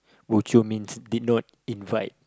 bo jio means did not invite